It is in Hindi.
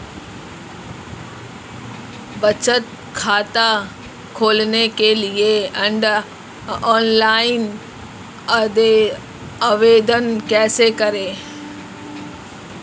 बचत खाता खोलने के लिए ऑनलाइन आवेदन कैसे करें?